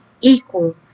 equal